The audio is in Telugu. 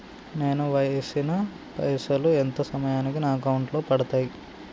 నేను వేసిన పైసలు ఎంత సమయానికి నా అకౌంట్ లో పడతాయి?